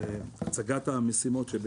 הצגת המשימות.